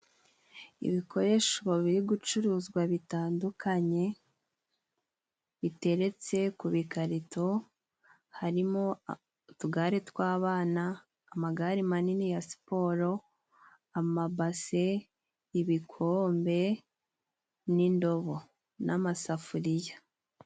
Ibikoresho biri gucuruzwa bitandukanye biteretse ku bikarito harimo: utugare tw'abana, amagare manini ya siporo, amabase, ibikombe n'indobo n'amasafuriya.